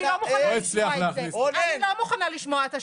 אני לא מוכנה לשמוע את זה.